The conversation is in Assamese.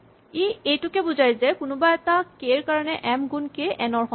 ই এইটোকে বুজাই যে কোনোবো এটা কে ৰ কাৰণে এম গুণ কে এন ৰ সমান